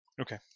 Okay